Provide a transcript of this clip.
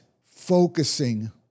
focusing